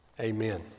Amen